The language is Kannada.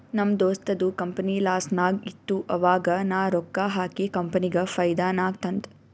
ನಮ್ ದೋಸ್ತದು ಕಂಪನಿ ಲಾಸ್ನಾಗ್ ಇತ್ತು ಆವಾಗ ನಾ ರೊಕ್ಕಾ ಹಾಕಿ ಕಂಪನಿಗ ಫೈದಾ ನಾಗ್ ತಂದ್